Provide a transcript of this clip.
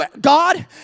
God